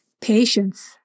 patience